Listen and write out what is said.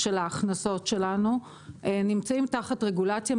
של ההכנסות שלנו נמצאים תחת רגולציה,